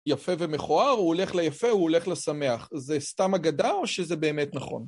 יפה ומכוער, הוא הולך ליפה, הוא הולך לשמח. זה סתם אגדה או שזה באמת נכון?